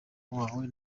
wawe